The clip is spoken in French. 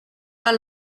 pas